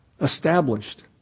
established